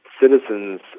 citizens